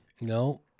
No